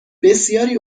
بسیاری